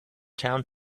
town